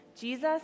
Jesus